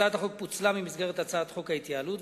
הצעת החוק פוצלה ממסגרת הצעת חוק ההתייעלות,